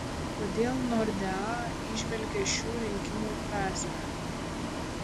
kodėl nordea įžvelgia šių rinkimų prasmę